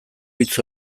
hitz